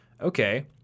Okay